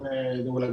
אני